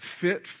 fit